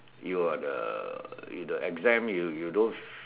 you are the you the exam you you don't